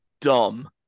dumb